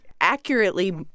accurately